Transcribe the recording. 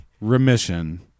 Remission